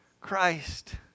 Christ